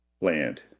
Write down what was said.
land